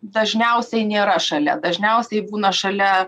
dažniausiai nėra šalia dažniausiai būna šalia